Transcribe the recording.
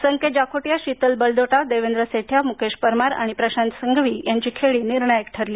संकेत जाखोटीया शितल बलदोटा देवेंद्र सेठया म्केश परमार आणि प्रशांत संघवी यांची खेळी निर्णयक ठरली